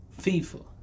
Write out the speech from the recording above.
FIFA